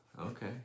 Okay